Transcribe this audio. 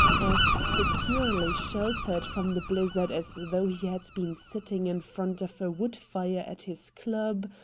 as securely sheltered from the blizzard as though he had been sitting in front of a wood fire at his club,